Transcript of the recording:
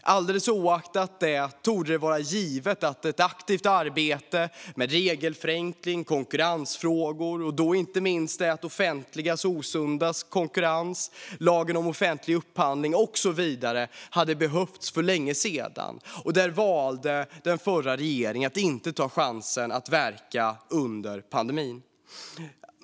Oaktat detta torde det vara givet att det för länge sedan hade behövt bedrivas ett aktivt arbete med bland annat regelförenkling, konkurrensfrågor - inte minst rörande det offentligas osunda konkurrens - och lagen om offentlig upphandling. Där valde den förra regeringen att inte ta chansen att verka under pandemin.